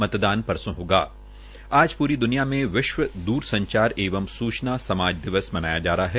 मतदान परसो होगा आज पूरी दुनिया में विश्व दूर संचार एवं सूचना समाज दिवस मनाया जा रहा है